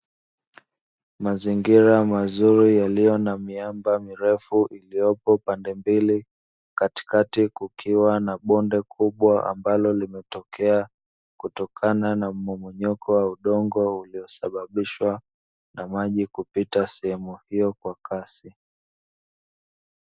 Mazingira mazuri yaliyo na miamba mirefu iliyopo pande mbili katikati kukiwa na bonde kubwa, ambalo limetokea kutokana na mmomonyoko wa udongo uliosababishwa na maji kupita sehemu hiyo kwa kasi.